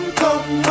come